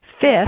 Fifth